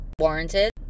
warranted